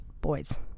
boys